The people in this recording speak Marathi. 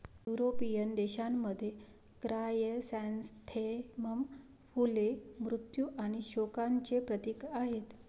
युरोपियन देशांमध्ये, क्रायसॅन्थेमम फुले मृत्यू आणि शोकांचे प्रतीक आहेत